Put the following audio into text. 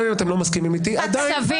גם אם אתם לא מסכימים איתי, עדיין --- סביר?